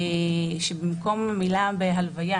שבמקום המילה "בהלוויה",